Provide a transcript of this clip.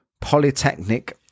polytechnic